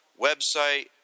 website –